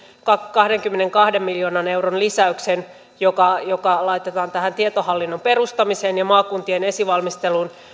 kahdenkymmenenkahden miljoonan euron lisäyksen joka joka laitetaan tähän tietohallinnon perustamiseen ja maakuntien esivalmisteluun